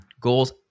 goals